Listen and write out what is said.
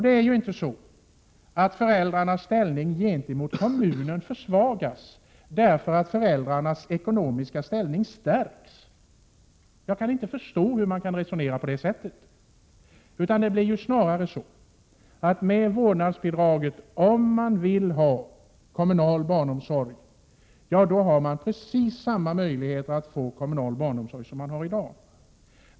Det är ju inte så att föräldrarnas ställning gentemot kommunen försvagas därför att föräldrarnas ekonomiska ställning stärks — jag kan inte förstå hur man kan resonera på det sättet. Med vårdnadsbidraget finns precis samma möjligheter att få kommunal barnomsorg som i dag.